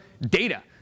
data